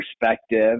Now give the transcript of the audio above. perspective